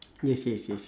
yes yes yes